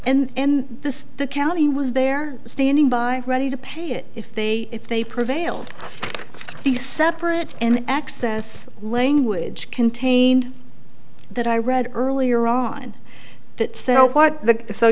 claim and this the county was there standing by ready to pay it if they if they prevailed on the separate and access language contained that i read earlier on